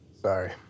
Sorry